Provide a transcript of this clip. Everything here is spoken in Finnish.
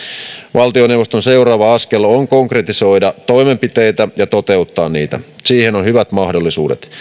valtioneuvoston seuraava askel on konkretisoida toimenpiteitä ja toteuttaa niitä niihin on hyvät mahdollisuudet